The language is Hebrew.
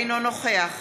אינו נוכח